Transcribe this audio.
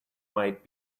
might